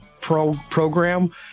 program